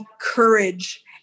courage